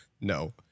No